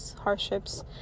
hardships